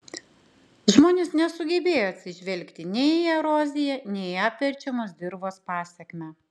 žmonės nesugebėjo atsižvelgti nei į eroziją nei į apverčiamos dirvos pasekmę